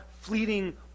fleeting